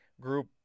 Group